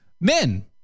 men